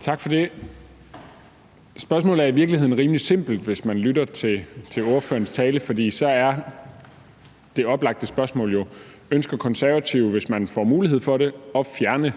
Tak for det. Spørgsmålet er i virkeligheden rimelig simpelt, for hvis man lytter til ordførerens tale, er det oplagte spørgsmål jo: Ønsker Konservative, hvis man får mulighed for det, at fjerne